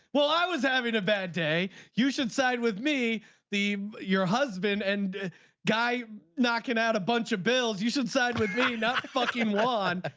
well i was having a bad day. you should side with me the your husband and guy knocking out a bunch of bills you should side with me not fucking one.